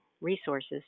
resources